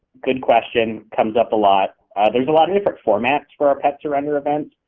good question, comes up a lot, ah there's a lot of different formats for our pet surrender events.